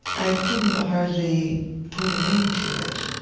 i couldn't hardly put a name to it.